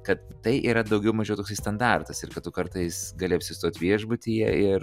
kad tai yra daugiau mažiau toksai standartas ir kad tu kartais gali apsistot viešbutyje ir